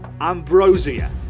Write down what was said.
ambrosia